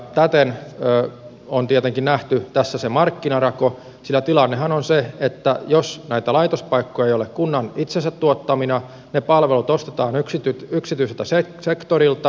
täten on tietenkin nähty tässä se markkinarako sillä tilannehan on se että jos näitä laitospaikkoja ei ole kunnan itsensä tuottamina ne palvelut ostetaan yksityiseltä sektorilta